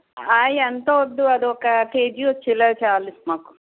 ఎంత వద్దు అది ఒక కేజీ వచ్చేలా చాలు మాకు